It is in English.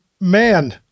man